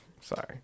Sorry